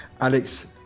alex